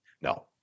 no